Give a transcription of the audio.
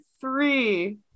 three